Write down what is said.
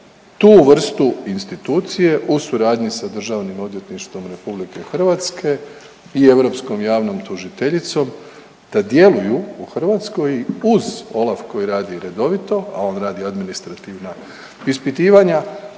tu vrstu institucije u suradnji sa DORH-om i europskom javnom tužiteljicom da djeluju u Hrvatskoj uz OLAF koji radi redovito, a on radi administrativna ispitivanja